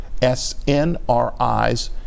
SNRIs